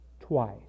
twice